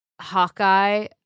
Hawkeye